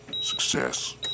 success